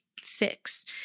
fix